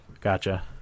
Gotcha